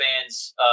fans